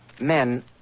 men